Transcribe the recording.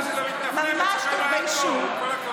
ממש תתביישו.